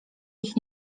ich